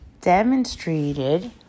demonstrated